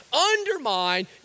undermine